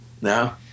no